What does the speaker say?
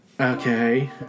Okay